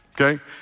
okay